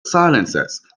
silences